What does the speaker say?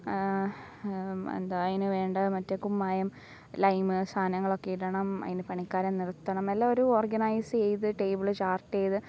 എന്താണ് അതിനു വേണ്ട മറ്റേ കുമ്മായം ലൈമ് സാധനങ്ങളൊക്കെ ഇടണം അതിനു പണിക്കാരെ നിർത്തണം എല്ലാം ഒരു ഓർഗനൈസ് ചെയ്തു ടേബിള് ചാർട്ട് ചെയ്തു